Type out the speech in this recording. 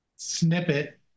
snippet